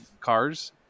cars